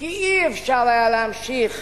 כי אי-אפשר היה להמשיך